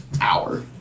hour